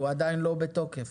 הוא עדיין לא בתוקף.